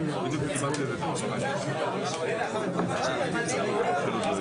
לצערי אני חייבת לומר שזה לקח יותר מידי ימים.